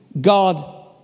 God